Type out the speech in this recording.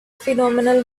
phenomenal